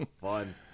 fun